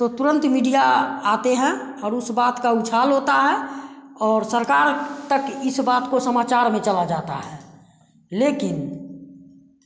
तो तुरंत मीडिया आते हैं और उस बात का उछाल होता है और सरकार तक इस बात को समाचार में चला जाता है लेकिन